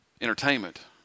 entertainment